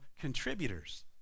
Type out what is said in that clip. contributors